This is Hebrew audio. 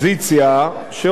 שעושה את מלאכתה,